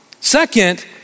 Second